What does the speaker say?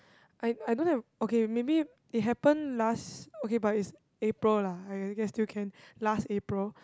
I I don't have okay maybe it happened last okay but it's April lah I guess still can last April